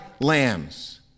lambs